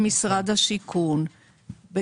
במשרד השיכון.